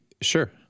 Sure